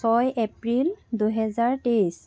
ছয় এপ্ৰিল দুহেজাৰ তেইছ